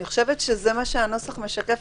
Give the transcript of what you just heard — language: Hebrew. אני חושבת שזה מה שהנוסח משקף.